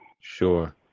Sure